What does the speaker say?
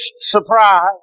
surprise